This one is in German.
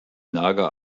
nager